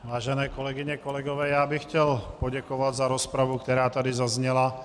Vážené kolegyně, kolegové, já bych chtěl poděkovat za rozpravu, která tady zazněla.